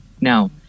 Now